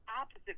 opposite